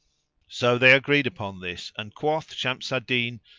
so they agreed upon this and quoth shams al-din,